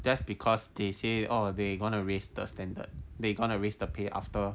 that's because they say orh they gonna raise the standard they gonna raise the pay after